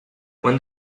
when